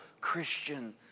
Christian